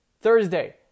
Thursday